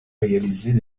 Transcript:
réaliser